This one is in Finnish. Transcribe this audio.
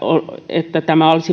tämä olisi